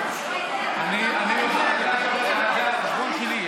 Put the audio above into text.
אני רוצה, זה על החשבון שלי.